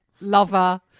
lover